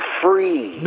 free